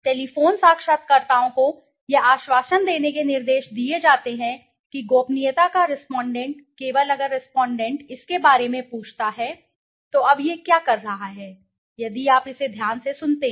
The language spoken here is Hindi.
टेलीफोन साक्षात्कारकर्ताओं को यह आश्वासन देने के निर्देश दिए जाते हैं कि गोपनीयता का रेस्पोंडेंट केवल अगर रेस्पोंडेंट इसके बारे में पूछता है तो अब यह क्या कह रहा है यदि आप इसे ध्यान से सुनते हैं